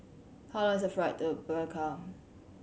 how long is the flight to Palikir